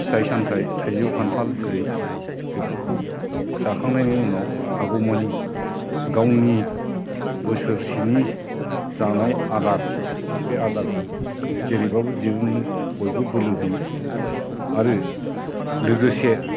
फिथाइ सामथाइ थाइजौ खान्थाल जेरै बेफोरखौ जाखांनायनि उनाव हागौमानि गावनि बोसोरसेनि जानाय आदार बे आदारखौ जेरैबाबो दिहुननो बयबो बोलो होयो आरो लोगोसे